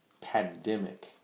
pandemic